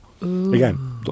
Again